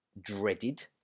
dreaded